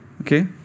okay